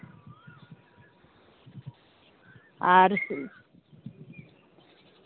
ᱟᱨ